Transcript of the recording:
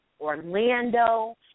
Orlando